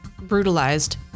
brutalized